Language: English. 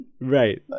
Right